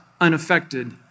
unaffected